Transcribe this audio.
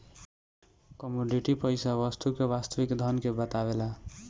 commodity पईसा वस्तु के वास्तविक धन के बतावेला